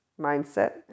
mindset